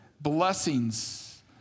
blessings